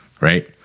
right